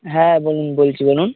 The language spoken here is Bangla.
হ্যাঁ বলুন বলছি বলুন